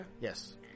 Yes